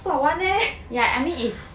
不好玩 leh